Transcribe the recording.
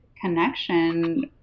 connection